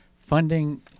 funding